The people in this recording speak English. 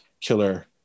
killer